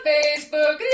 Facebook